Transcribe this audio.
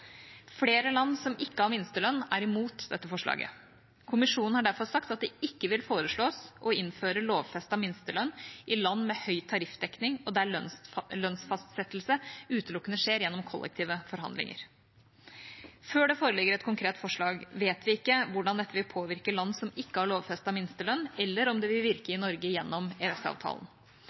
Flere land som ikke har minstelønn, er imot dette forslaget. Kommisjonen har derfor sagt at det ikke vil foreslås å innføre lovfestet minstelønn i land med høy tariffdekning og der lønnsfastsettelse utelukkende skjer gjennom kollektive forhandlinger. Før det foreligger et konkret forslag, vet vi ikke hvordan dette vil påvirke land som ikke har lovfestet minstelønn, eller om det vil virke i Norge gjennom